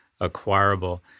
acquirable